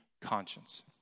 conscience